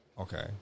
Okay